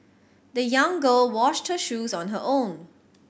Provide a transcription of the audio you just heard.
the young girl washed her shoes on her own